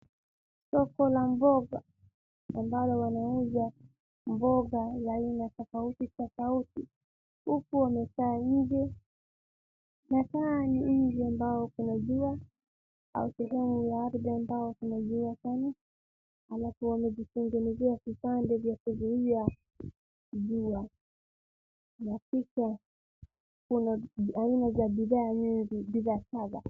Soko la mboga ambalo wanauza mboga za aina tofautitofauti huku wamekaa nje, inakaa ni nchi ambayo kuna jua au sehemu ya ardhi ambayo kuna jua sana halafu wamejitengenezea vibanda vya kuzuia jua na kisha kuna aina ya bidhaa nyingi, bidhaa saba.